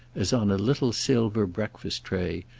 as on a little silver breakfast-tray,